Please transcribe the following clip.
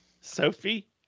Sophie